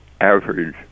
average